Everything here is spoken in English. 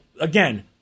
again